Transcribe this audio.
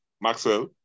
maxwell